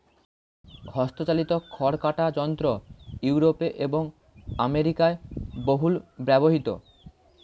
হস্তচালিত খড় কাটা যন্ত্র ইউরোপে এবং আমেরিকায় বহুল ব্যবহৃত